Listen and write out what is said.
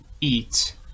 eat